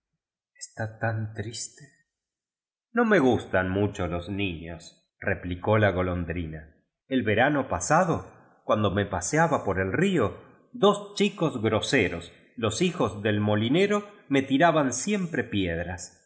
está tan triste no me gustan mucho los niños replicó la golondrina el verano pasado cuando me pa scaba por el río dos eliieos groseros los hijos del molinero me tiraban siempre piedras